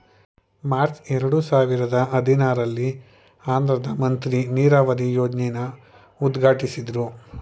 March ಎರಡು ಸಾವಿರದ ಹದಿನಾರಲ್ಲಿ ಆಂಧ್ರದ್ ಮಂತ್ರಿ ನೀರಾವರಿ ಯೋಜ್ನೆನ ಉದ್ಘಾಟ್ಟಿಸಿದ್ರು